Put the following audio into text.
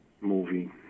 movie